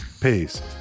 Peace